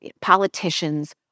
politicians